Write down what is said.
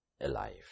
alive